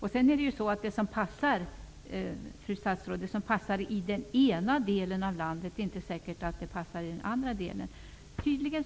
Det är inte säkert att det som passar i den ena delen av landet passar i den andra, fru statsråd.